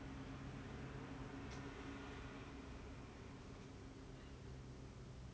like ya I objectify you in my brain then I just like I don't know fap off to